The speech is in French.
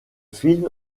film